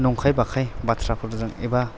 नंखाय बाखाय बाथ्राफोरजों एबा